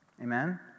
Amen